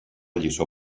lliçó